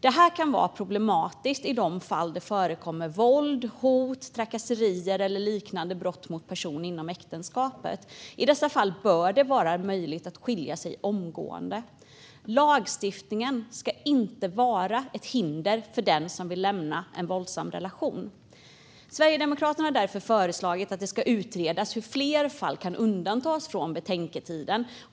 Detta kan vara problematiskt i de fall det förekommer våld, hot, trakasserier eller liknande brott mot person inom äktenskapet. I dessa fall bör det vara möjligt att skilja sig omgående. Lagstiftningen ska inte vara ett hinder för den som vill lämna en våldsam relation. Sverigedemokraterna har därför föreslagit att det ska utredas hur fler fall kan undantas från betänketiden.